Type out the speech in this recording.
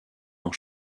dans